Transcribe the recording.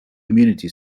community